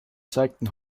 zeigten